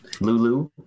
Lulu